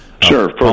Sure